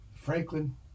Franklin